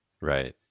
right